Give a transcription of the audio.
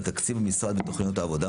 על תקציב המשרד ותוכניות העבודה